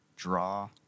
Draw